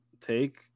Take